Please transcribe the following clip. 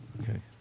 Okay